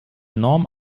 enorm